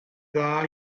dda